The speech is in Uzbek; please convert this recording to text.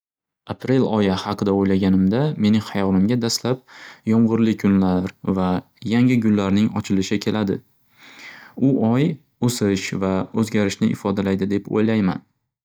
Aprel oyi haqida o'ylaganimda, meni hayolimga daslab yomg'irli kunlar va yangi gullarning ochilishi keladi. U oy o'sish va o'zgarishni ifodalaydi deb o'ylayman.